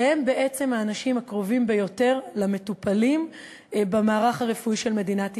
שהם בעצם האנשים הקרובים ביותר למטופלים במערך הרפואי של מדינת ישראל.